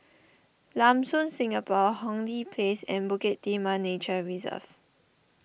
Lam Soon Singapore Hong Lee Place and Bukit Timah Nature Reserve